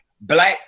black